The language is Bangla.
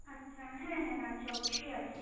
আচ্ছা হ্যাঁ হ্যাঁ আছে অবশ্যই আছে